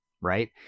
right